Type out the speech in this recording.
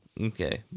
Okay